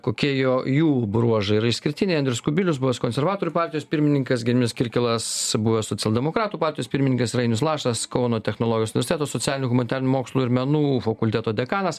kokie jo jų bruožai yra išskirtiniai andrius kubilius buvęs konservatorių partijos pirmininkas gediminas kirkilas buvęs socialdemokratų partijos pirmininkas ir ainius lašas kauno technologijos universiteto socialinių humanitarinių mokslų ir menų fakulteto dekanas